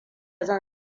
zan